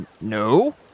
No